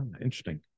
Interesting